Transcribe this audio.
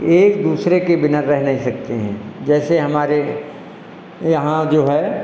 एक दूसरे के बिना रह नहीं सकते हैं जैसे हमारे यहाँ जो है